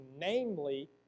Namely